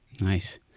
Nice